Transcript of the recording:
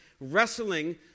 wrestling